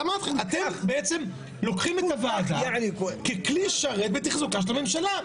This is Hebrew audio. אתם בעצם לוקחים את הוועדה ככלי שרת בתחזוקת הממשלה.